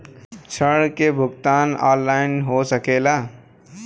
ऋण के भुगतान ऑनलाइन हो सकेला?